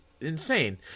insane